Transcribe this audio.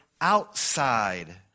outside